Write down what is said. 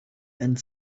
and